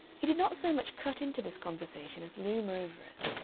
he did not so much cut into this conversation as loom over it,